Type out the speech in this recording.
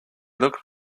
look